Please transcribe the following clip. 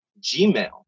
Gmail